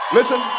Listen